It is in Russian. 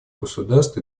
государств